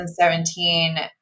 2017